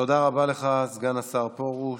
תודה רבה לך, סגן השר פרוש.